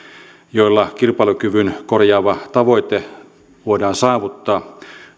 joilla kilpailukyvyn korjaava tavoite voidaan saavuttaa